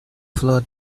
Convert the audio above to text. flowed